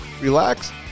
relax